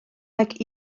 nag